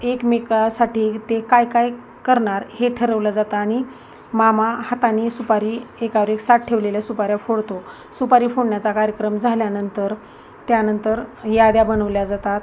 एकमेकासाठी ते काय काय करणार हे ठरवलं जातं आणि मामा हातानी सुपारी एकावर एक सात ठेवलेल्या सुपाऱ्या फोडतो सुपारी फोडण्याचा कार्यक्रम झाल्यानंतर त्यानंतर याद्या बनवल्या जातात